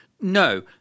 No